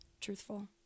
truthful